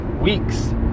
weeks